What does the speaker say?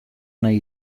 nahi